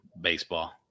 baseball